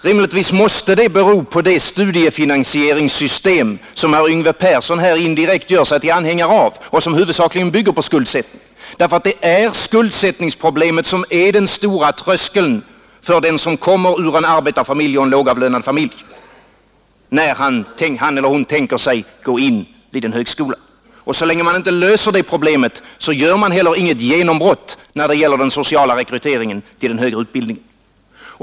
Rimligtvis måste det bero på det studiefinansieringssystem som herr Persson indirekt gör sig till anhängare av och som huvudsakligen bygger på skuldsättning. Skuldsättningsproblemet är den stora tröskeln för den som kommer från en arbetarfamilj eller annan lågavlönad familj och som ämnar börja vid en högskola. Så länge man inte löser detta problem, gör man inte heller något genombrott när det gäller den sociala rekryteringen till högre utbildning.